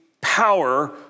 power